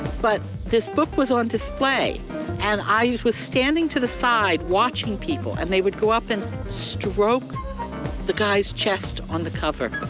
but this book was on display and i was standing to the side watching people, and they would go up and stroke the guy's chest on the cover.